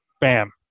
bam